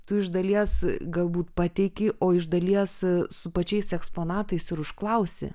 tu iš dalies galbūt pateiki o iš dalies su pačiais eksponatais ir užklausi